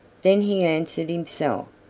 then he answered himself.